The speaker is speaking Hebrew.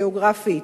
גיאוגרפית,